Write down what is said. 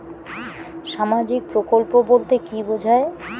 সামাজিক প্রকল্প বলতে কি বোঝায়?